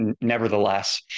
nevertheless